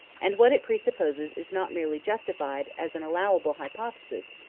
and what it pre-supposes is not merely justified as an allowable hypothesis,